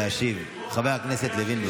חבר הכנסת לוין.